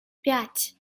пять